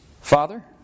Father